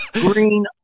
Green